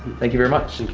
thank you very much.